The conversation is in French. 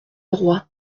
roi